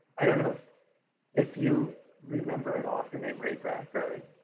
i don't know if you remember an author named ray bradbury.